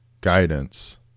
guidance